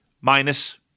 minus